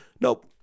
Nope